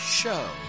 show